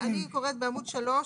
אני קוראת בעמוד 3,